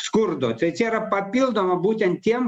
skurdo tai čia yra papildoma būtent tiem